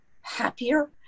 happier